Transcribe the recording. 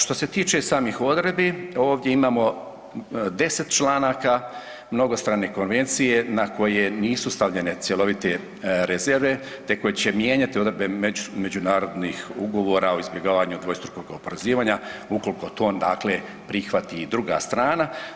Što se tiče samih odredbi ovdje imamo 10 članaka mnogostrane konvencije na koje nisu stavljene cjelovite rezerve te koje će mijenjati odredbe međunarodnih ugovora o izbjegavanju dvostrukog oporezivanja ukoliko to dakle prihvati i druga strana.